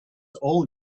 all